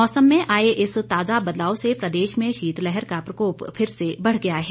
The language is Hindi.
मौसम में आए इस ताजा बदलाव से प्रदेश में शीतलहर का प्रकोप फिर से बढ़ गया है